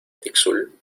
tixul